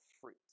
fruit